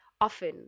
often